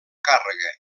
càrrega